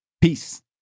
Peace